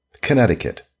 Connecticut